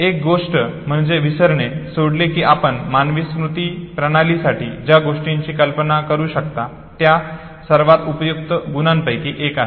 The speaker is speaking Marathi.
एक गोष्ट म्हणजे विसरणे सोडले की आपण मानवी स्मृती प्रणालीसाठी ज्या गोष्टींची कल्पना करू शकता त्या सर्वात उपयुक्त गुणांपैकी एक आहे